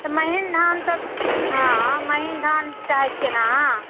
तऽ महीन धान सब हँ महीन धान कहै छियै ने अहाँ